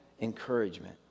encouragement